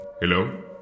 Hello